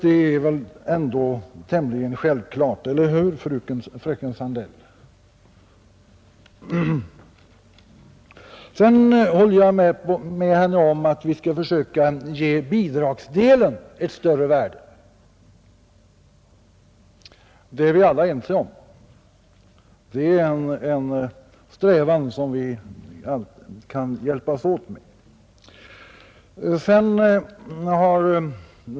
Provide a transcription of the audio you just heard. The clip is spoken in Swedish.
Det är väl ändå tämligen självklart — eller hur, fröken Sandell? Sedan håller jag med fröken Sandell om att vi bör försöka göra bidragsdelen större. Det är vi ju alla ense om, och det är sålunda en strävan som vi kan hjälpas åt att förverkliga.